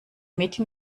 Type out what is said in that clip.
mädchen